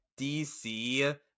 DC